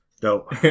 Dope